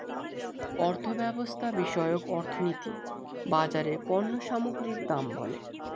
অর্থব্যবস্থা বিষয়ক অর্থনীতি বাজারে পণ্য সামগ্রীর দাম বলে